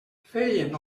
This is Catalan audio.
feien